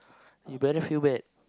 you better feel bad